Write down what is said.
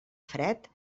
fred